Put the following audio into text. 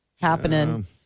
happening